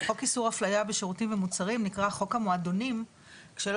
חוק איסור הפליה בשירותים ומוצרים נקרא חוק המועדונים כשלא